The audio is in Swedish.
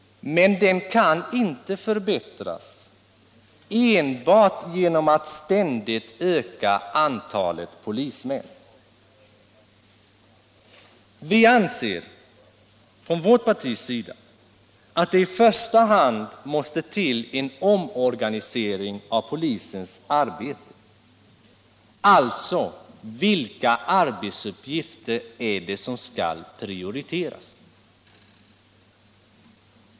Men den kan inte förbättras enbart genom att man ständigt ökar antalet polismän. Vi anser från vårt partis sida att det i första hand måste till en omorganisering av polisens arbete. Alltså: Vilka arbetsuppgifter skall prioriteras?